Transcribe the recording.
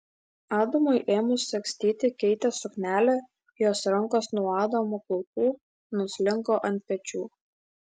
adamui ėmus sagstyti keitės suknelę jos rankos nuo adamo plaukų nuslinko ant pečių